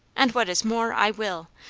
and what is more, i will.